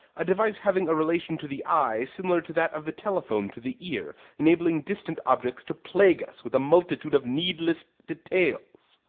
a device having a relation to the eye similar to that of the telephone to the ear, enabling distant objects to plague us with a multitude of needless details.